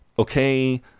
Okay